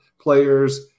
players